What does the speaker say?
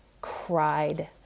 cried